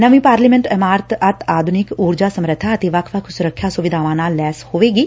ਨਵੀਂ ਪਾਰਲੀਮੈਂਟ ਇਮਾਰਤ ਅਤਿ ਆਧੁਨਿਕ ਉਰਜਾ ਸਮਰੱਬਾ ਅਤੇ ਵੱਖ ਵੱਖ ਸੁਰੱਖਿਆ ਸੁਵਿਧਾਵਾਂ ਨਾਲ ਲੈਸ ਹੋਵੇਗੀ